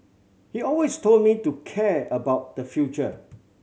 he always told me to care about the future